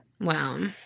Wow